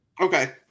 okay